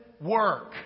work